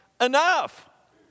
enough